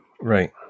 right